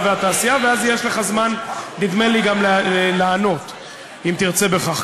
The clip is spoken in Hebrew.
נוסף על כך,